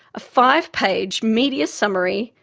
a five-page media summary,